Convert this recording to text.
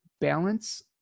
balance